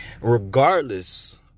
Regardless